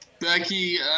Becky